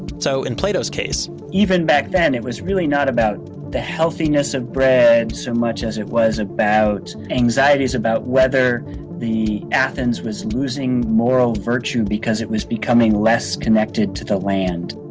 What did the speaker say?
so in plato's case, even back then, it was really not about the healthiness of bread so much as it was about anxieties about whether athens was losing moral virtue because it was becoming less connected to the land.